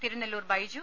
Thirunellur Baiju